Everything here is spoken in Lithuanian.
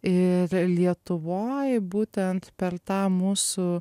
ir lietuvoj būtent per tą mūsų